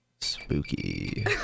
Spooky